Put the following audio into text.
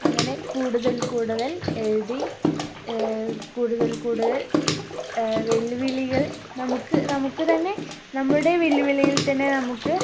അങ്ങനെ കൂടുതൽ കൂടുതൽ എഴുതി കൂടുതൽ കൂടുതൽ വെല്ലുവിളികൾ നമുക്കു നമുക്കു തന്നെ നമ്മുടെ വെല്ലുവിളിയിൽ തന്നെ നമുക്ക്